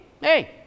Hey